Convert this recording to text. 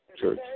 Church